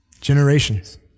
Generations